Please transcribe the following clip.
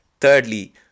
Thirdly